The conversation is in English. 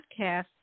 podcast